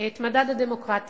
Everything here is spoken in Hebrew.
את מדד הדמוקרטיה.